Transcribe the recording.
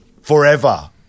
Forever